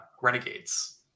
Renegades